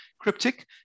cryptic